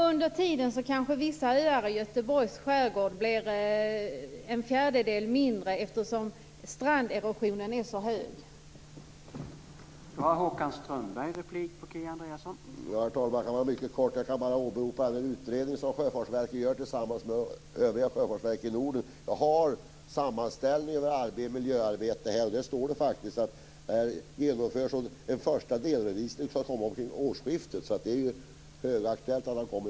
Herr talman! Under tiden blir vissa öar i Göteborgs skärgård kanske en fjärdedel mindre eftersom stranderosionen är så omfattande.